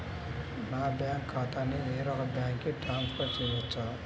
నా బ్యాంక్ ఖాతాని వేరొక బ్యాంక్కి ట్రాన్స్ఫర్ చేయొచ్చా?